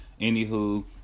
anywho